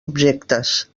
objectes